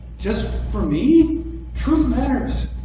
just for me truth matters.